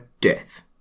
death